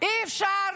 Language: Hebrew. אי-אפשר